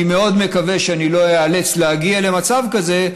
אני מאוד מקווה שאני לא איאלץ להגיע למצב כזה,